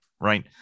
Right